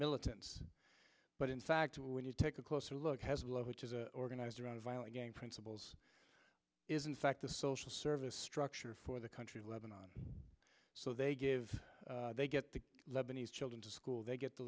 militants but in fact when you take a closer look has love which is a organized around violent gang principles is in fact the social service structure for the country of lebanon so they give they get the lebanese children to school they get the